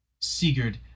Sigurd